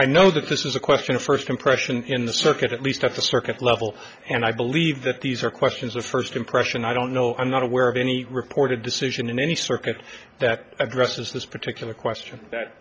i know that this is a question of first impression in the circuit at least at the circuit level and i believe that these are questions of first impression i don't know i'm not aware of any reported decision in any circuit that addresses this particular question that